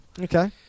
Okay